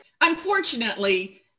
unfortunately